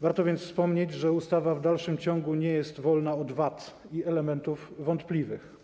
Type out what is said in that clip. warto więc wspomnieć, że ustawa w dalszym ciągu nie jest wolna od wad i elementów wątpliwych.